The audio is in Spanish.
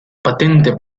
patente